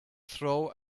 throw